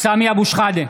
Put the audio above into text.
סמי אבו שחאדה,